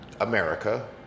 America